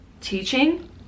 teaching